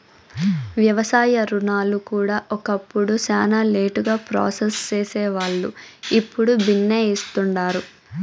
వ్యవసాయ రుణాలు కూడా ఒకప్పుడు శానా లేటుగా ప్రాసెస్ సేసేవాల్లు, ఇప్పుడు బిన్నే ఇస్తుండారు